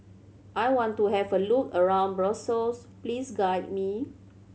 I want to have a look around Brussels please guide me